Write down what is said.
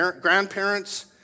Grandparents